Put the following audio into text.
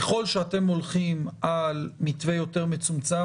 ככל שאתם הולכים על מתווה יותר מצומצם,